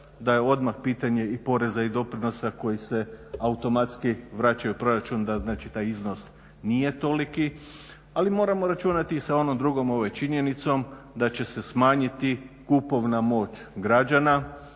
da je odmah pitanje i poreza i doprinosa koji se automatski vraćaju u proračun da znači taj iznos nije toliki, ali moramo računati i sa onom drugom činjenicom, da će se smanjiti kupovna moć građana.